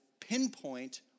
pinpoint